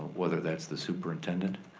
whether that's the superintendent